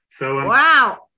Wow